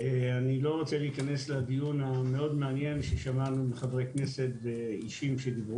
אני לא רוצה להיכנס לדיון המעניין מאוד ששמענו מחברי כנסת שדיברו.